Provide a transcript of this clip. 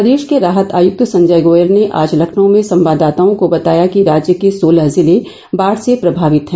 प्रदेश के राहत आयुक्त संजय गोयल ने आज लखनऊ में संवाददाताओं को बताया कि राज्य के सोलह जिले बाढ़ से प्रभावित हैं